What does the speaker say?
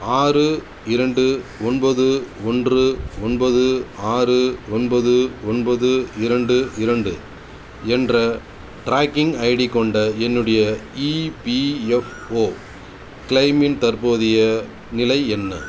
ஆறு இரண்டு ஒன்பது ஒன்று ஒன்பது ஆறு ஒன்பது ஒன்பது இரண்டு இரண்டு என்ற ட்ராக்கிங் ஐடி கொண்ட என்னுடைய இபிஎஃப்ஓ கிளெய்மின் தற்போதைய நிலை என்ன